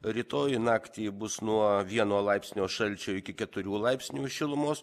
rytoj naktį bus nuo vieno laipsnio šalčio iki keturių laipsnių šilumos